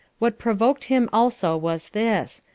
what provoked him also was this,